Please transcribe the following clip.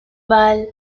balle